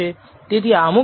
તેનો અર્થ શું છે